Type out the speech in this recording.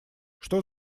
что